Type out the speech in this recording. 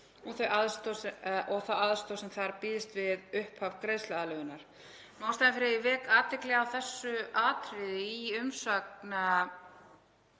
og þá aðstoð sem þar býðst við upphaf greiðsluaðlögunar.“ Ástæðan fyrir ég vek athygli á þessu atriði í umsögn